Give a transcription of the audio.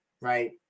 right